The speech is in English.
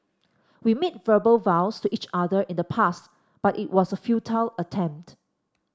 we made verbal vows to each other in the past but it was a futile attempt